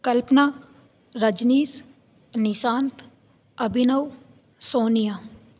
कल्पना रजनीशः निशान्तः अभिनवः सोनिया